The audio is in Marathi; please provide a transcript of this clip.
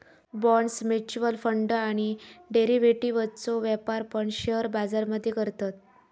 बॉण्ड्स, म्युच्युअल फंड आणि डेरिव्हेटिव्ह्जचो व्यापार पण शेअर बाजार मध्ये करतत